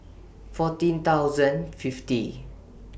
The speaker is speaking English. fourteen thousand fifty